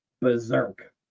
berserk